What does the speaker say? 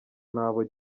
n’abo